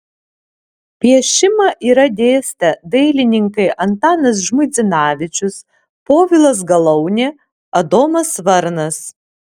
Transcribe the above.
piešimą yra dėstę dailininkai antanas žmuidzinavičius povilas galaunė adomas varnas